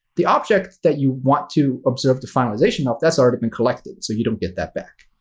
the objects that you want to observe the finalization of, that's already been collected, so you don't get that back.